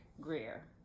Greer